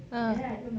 uh